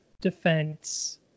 defense